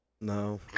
No